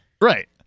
Right